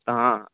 तां